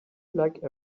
like